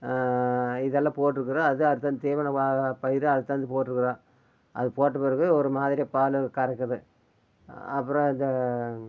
இதெல்லாம் போட்டுருக்குறோம் அது அறுத்தாந்து தீவன பயிறு அறுத்தாந்து போட்டுருக்குறோம் அது போட்ட பிறகு ஒரு மாதிரி பால் கறக்குது அப்புறம் இந்த